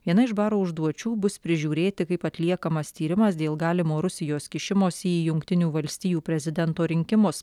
viena iš baro užduočių bus prižiūrėti kaip atliekamas tyrimas dėl galimo rusijos kišimosi į jungtinių valstijų prezidento rinkimus